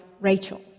Rachel